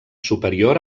superior